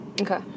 okay